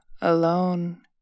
alone